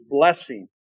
blessing